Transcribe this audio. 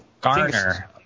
Garner